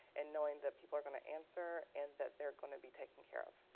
and knowing that people are going to answer and that they're going to be taking care of.